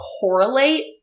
correlate